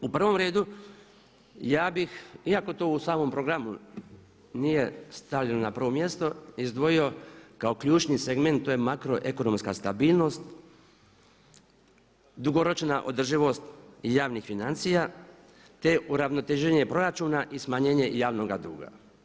U prvom redu ja bih iako to u samom programu nije stavljeno na prvo mjesto izdvojio kao ključni segment to je makroekonomska stabilnost, dugoročna održivost javnih financija te uravnoteženje proračuna i smanjenje javnog duga.